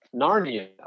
Narnia